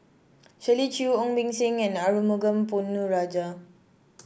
Shirley Chew Ong Beng Seng and Arumugam Ponnu Rajah